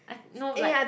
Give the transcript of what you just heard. I no like